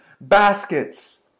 baskets